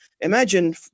Imagine